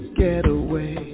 getaway